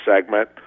segment